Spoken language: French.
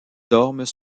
dorment